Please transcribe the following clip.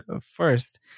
first